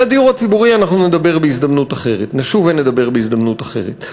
על הדיור הציבורי אנחנו נשוב ונדבר בהזדמנות אחרת,